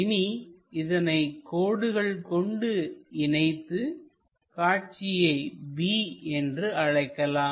இனி இதனை கோடுகள் கொண்டு இணைத்து காட்சியை b என்று அழைக்கலாம்